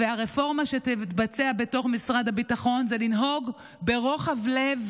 והרפורמה שתתבצע בתוך משרד הביטחון זה לנהוג ברוחב לב